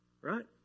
Right